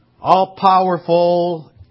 all-powerful